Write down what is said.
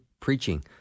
preaching